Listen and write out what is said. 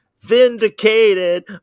vindicated